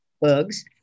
bugs